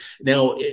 now